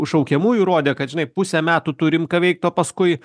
šaukiamųjų rodė kad žinai pusę metų turim ką veikt o paskui